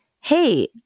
hey